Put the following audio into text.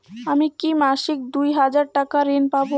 আমি কি মাসিক দুই হাজার টাকার ঋণ পাব?